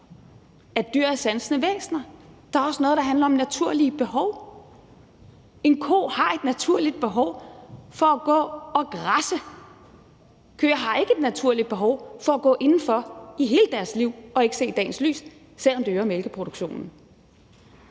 at dyr er sansende væsener. Der er også noget, der handler om naturlige behov. En ko har et naturligt behov for at gå og græsse, men køer har ikke et naturligt behov for at gå indenfor i hele deres liv og ikke se dagens lys, selv om det øger mælkeproduktionen.